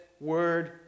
word